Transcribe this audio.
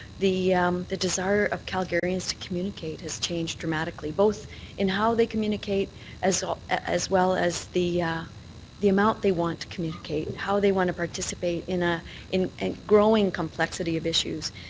the the desire of calgarians to communicate has changed dramatically, both in how they communicate as ah as well as the the amount they want to communicate. and how they want to participate in ah in a growing complexity of issues.